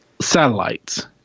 satellites